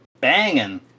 banging